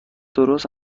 درست